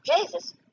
Jesus